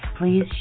Please